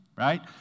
Right